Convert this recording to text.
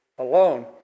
alone